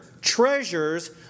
treasures